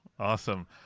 Awesome